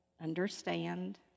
understand